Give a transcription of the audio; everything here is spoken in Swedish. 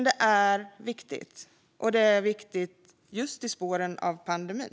Det är viktigt, och det är viktigt just i spåren av pandemin.